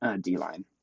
D-line